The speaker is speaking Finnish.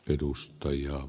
edustajia